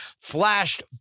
flashed